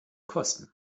kosten